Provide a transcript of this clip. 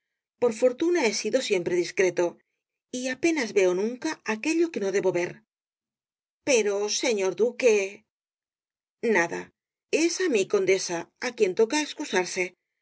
por fortuna he sido siempre discreto y apenas veo nunca aquello que no debo ver pero señor duque nada es á mí condesa á quien toca excusarse